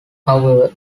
however